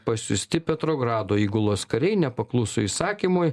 pasiųsti petrogrado įgulos kariai nepakluso įsakymui